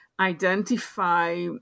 identify